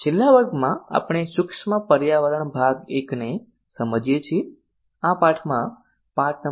છેલ્લા વર્ગમાં આપણે સૂક્ષ્મ પર્યાવરણ ભાગ 1 ને સમજીએ છીએ આ પાઠમાં પાઠ નં